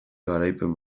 garaipen